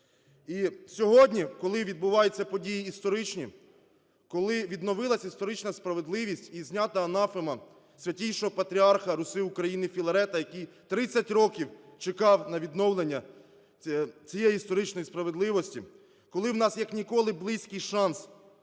І сьогодні, коли відбуваються події історичні, коли відновилась історична справедливість і знята анафема зі Святішого ПатріархаРуси-України Філарета, який 30 років чекав на відновлення цієї історичної справедливості, коли у нас як ніколи близький шанс